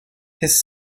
his